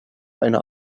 eine